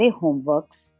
homeworks